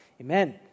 Amen